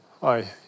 Hi